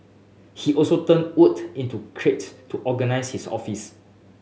he also turned wood into crate to organise his office